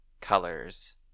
colors